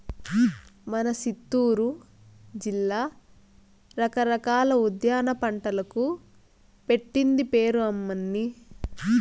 మన సిత్తూరు జిల్లా రకరకాల ఉద్యాన పంటలకు పెట్టింది పేరు అమ్మన్నీ